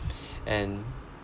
and